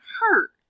hurt